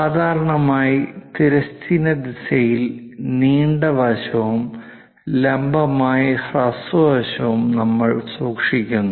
സാധാരണയായി തിരശ്ചീന ദിശയിൽ നീണ്ട വശവും ലംബമായി ഹ്രസ്വ വശവും നമ്മൾ സൂക്ഷിക്കുന്നു